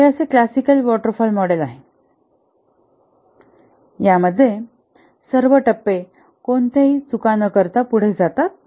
हे असे classical waterfall model आहे यामध्ये सर्व टप्पे कोणत्याही चुका न करता पुढे जातात